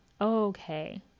okay